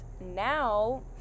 now